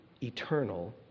eternal